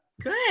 Good